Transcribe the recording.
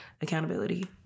accountability